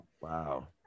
wow